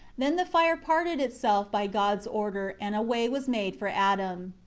then the fire parted itself by god's order, and a way was made for adam.